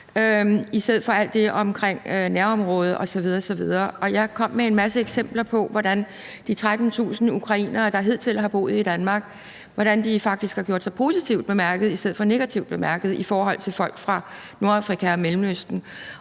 i stedet for alt det omkring nærområde osv. osv. Jeg kom med en masse eksempler på, hvordan de 13.000 ukrainere, der hidtil har boet i Danmark, faktisk har gjort sig positivt bemærket i stedet for at gøre sig negativt bemærket set i forhold til folk fra Nordafrika og Mellemøsten.